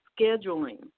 scheduling